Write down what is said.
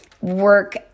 work